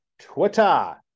Twitter